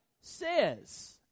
says